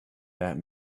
that